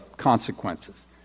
consequences